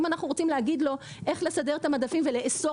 אם אנחנו רוצים להגיד לו איך לסדר את המדפים ולאסור